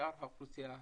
משאר האוכלוסייה הערבית.